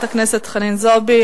תודה, חברת הכנסת חנין זועבי.